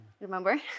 Remember